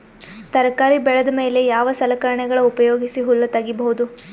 ತರಕಾರಿ ಬೆಳದ ಮೇಲೆ ಯಾವ ಸಲಕರಣೆಗಳ ಉಪಯೋಗಿಸಿ ಹುಲ್ಲ ತಗಿಬಹುದು?